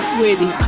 we're the